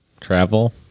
Travel